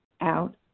out